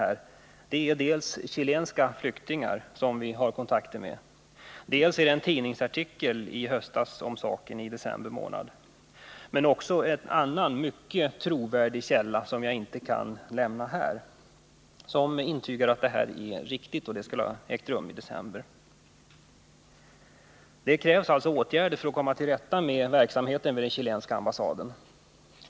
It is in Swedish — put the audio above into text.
Våra källor är dels chilenska flyktingar, som vi har kontakter med, dels en tidningsartikel i december månad. Men också en annan mycket trovärdig källa, som jag inte kan nämna, intygar att den händelse som frågan syftar på har ägt rum. Det krävs alltså åtgärder för att komma till rätta med verksamheten vid den chilenska ambassaden.